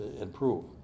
improve